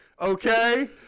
okay